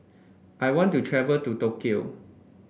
I want to travel to Tokyo